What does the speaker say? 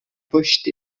pushed